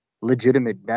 legitimate